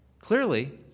Clearly